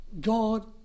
God